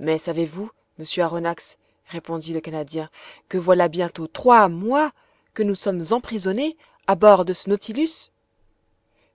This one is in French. mais savez-vous monsieur aronnax répondit le canadien que voilà bientôt trois mois que nous sommes emprisonnés à bord de ce nautilus